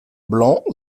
blanc